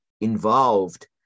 involved